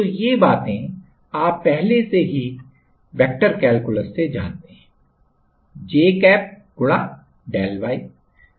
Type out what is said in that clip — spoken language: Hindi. तो ये बातें आप पहले से ही आप वेक्टर कैलकुलस से जानते हैं j कैप गुणा del y